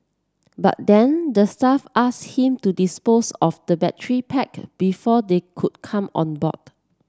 but then the staff asked him to dispose of the battery pack before they could come on board